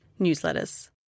newsletters